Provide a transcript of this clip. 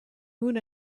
moon